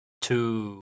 Two